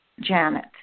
Janet